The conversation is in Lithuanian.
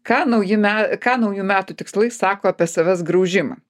ką nauji me ką naujų metų tikslai sako apie savęs graužimą